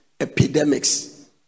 epidemics